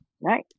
Right